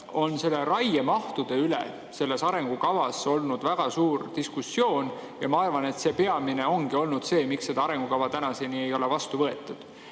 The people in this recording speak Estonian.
on nende raiemahtude üle selles arengukavas olnud väga suur diskussioon ja ma arvan, et see ongi olnud peamine [põhjus], miks seda arengukava tänaseni ei ole vastu võetud.